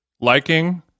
liking